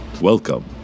Welcome